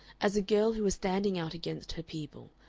as a girl who was standing out against her people,